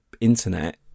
internet